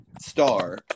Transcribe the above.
star